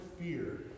fear